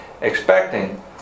expecting